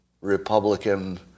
Republican